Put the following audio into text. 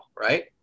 right